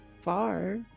far